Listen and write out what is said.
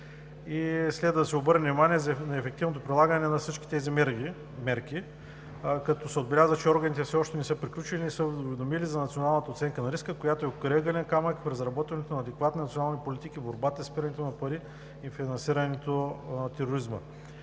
Следва да се обърне внимание на ефективното прилагане на всички тези мерки, като се отбелязва, че органите все още не са приключили, не са уведомили за националната оценка на риска, която е крайъгълен камък в разработването на доклад на национални политики в борбата с изпирането на пари и финансирането на тероризма.